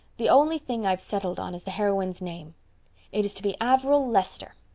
the only thing i've settled on is the heroine's name. it is to be averil lester.